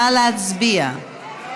נא להצביע.